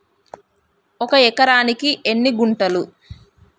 ఒక ఎకరానికి ఎన్ని గుంటలు?